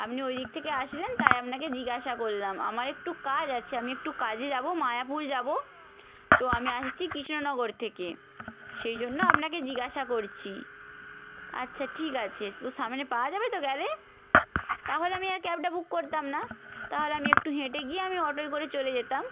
আপনি ওই দিক থেকে আসলেন তাই আপনাকে জিজ্ঞাসা করলাম আমার একটু কাজ আছে আমি একটু কাজে যাব মায়াপুর যাব তো আমি আসছি কৃষ্ণনগর থেকে সেই জন্য আপনাকে জিজ্ঞাসা করছি আচ্ছা ঠিক আছে সো সামনে পাওয়া যাবে তো গেলে তাহলে আমি আর ক্যাবটা বুক করতাম না তাহলে আমি একটু হেঁটে গিয়ে আমি অটোয় করে চলে যেতাম